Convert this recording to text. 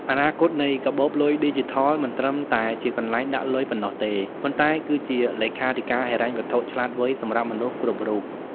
អនាគតនៃកាបូបលុយឌីជីថល នឹងមិនត្រឹមតែជាកន្លែងដាក់លុយប៉ុណ្ណោះទេ ប៉ុន្តែគឺជា "លេខាធិការហិរញ្ញវត្ថុឆ្លាតវៃ" សម្រាប់មនុស្សគ្រប់រូប។